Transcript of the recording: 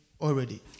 already